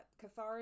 Cathars